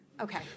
Okay